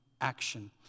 action